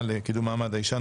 לוועדה לקידום מעמד האישה.